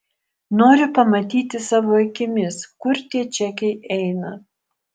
noriu pamatyti savo akimis kur tie čekiai eina